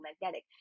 magnetic